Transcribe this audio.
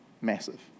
Massive